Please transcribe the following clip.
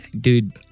dude